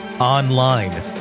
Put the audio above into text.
Online